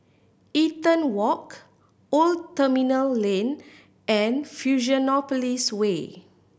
Eaton Walk Old Terminal Lane and Fusionopolis Way